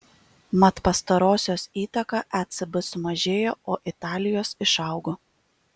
mat pastarosios įtaka ecb sumažėjo o italijos išaugo